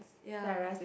ya